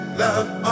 love